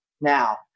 now